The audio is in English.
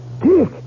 Dick